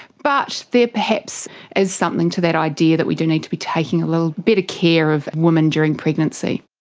but there perhaps is something to that idea that we do need to be taking a little bit of care of women during pregnancy.